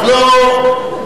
אז לא,